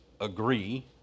agree